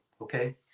okay